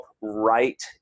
write